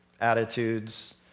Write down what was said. attitudes